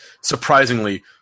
surprisingly